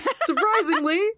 Surprisingly